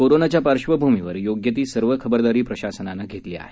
कोरोनाच्या पार्श्वभूमीवर योग्य ती सर्व खरबरदारी प्रशासनानं घेतली आहे